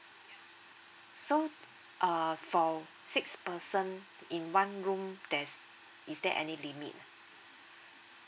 so uh for six person in one room there's is there any limit